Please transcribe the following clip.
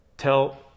Tell